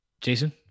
Jason